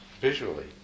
visually